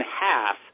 half